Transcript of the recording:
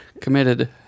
committed